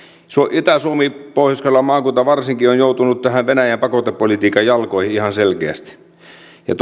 itä suomi pohjois karjalan maakunta varsinkin on joutunut venäjän pakotepolitiikan jalkoihin ihan selkeästi ja